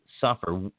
suffer